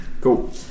Cool